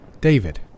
David